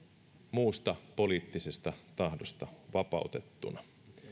muusta poliittisesta tahdosta vapautettuina